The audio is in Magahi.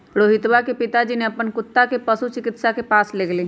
रोहितवा के पिताजी ने अपन कुत्ता के पशु चिकित्सक के पास लेगय लय